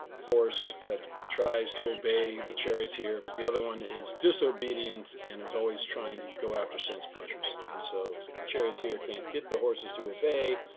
horse that tries to obey the chariots here. but the other one is disobedient and is always trying to go after sense pleasures. and so if the charioteer can't get the horses to obey,